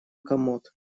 комод